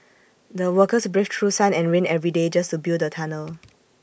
the workers braved through sun and rain every day just to build the tunnel